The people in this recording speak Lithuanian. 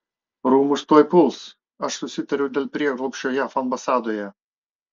rūmus tuoj puls aš susitariau dėl prieglobsčio jav ambasadoje